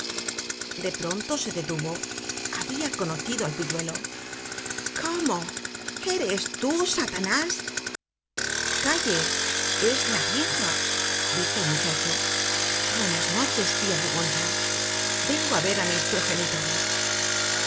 de pronto se detuvo habia conocido al pilludo cómo eres tú satanás calle es la vieja dijo el muchacho buenas noches tia bougoncha vengo á ver á mis progenitores